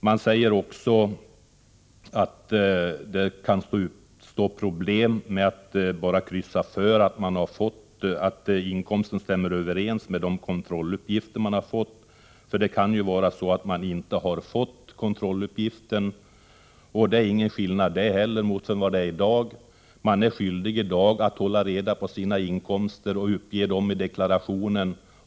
Det sägs också att det kan uppstå problem när man bara skall kryssa för att inkomsten stämmer överens med de kontrolluppgifter man har fått — det kan ju vara så att man inte erhållit en viss kontrolluppgift. Men det är inte någon skillnad i förhållande till vad som gäller i dag. Man är redan nu skyldig att hålla reda på sina inkomster och uppge dem i deklarationen.